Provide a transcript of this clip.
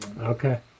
Okay